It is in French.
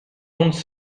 ondes